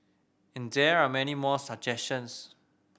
and there are many more suggestions